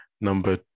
Number